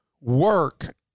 work